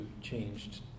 changed